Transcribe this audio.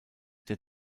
der